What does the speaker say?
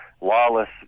lawless